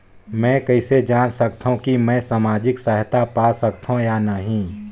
मै कइसे जान सकथव कि मैं समाजिक सहायता पा सकथव या नहीं?